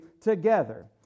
together